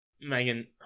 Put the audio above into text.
Megan